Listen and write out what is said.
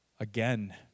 Again